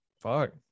fuck